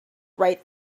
right